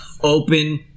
open